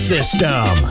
System